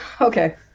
Okay